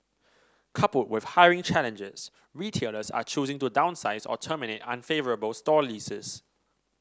coupled with hiring challenges retailers are choosing to downsize or terminate unfavourable store leases